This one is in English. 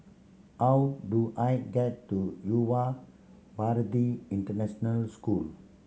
how do I get to Yuva Bharati International School